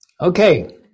Okay